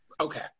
Okay